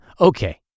Okay